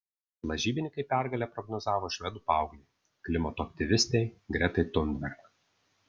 lažybininkai pergalę prognozavo švedų paauglei klimato aktyvistei gretai thunberg